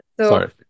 Sorry